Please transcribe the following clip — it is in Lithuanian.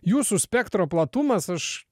jūsų spektro platumas aš